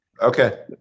Okay